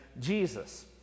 Jesus